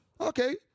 Okay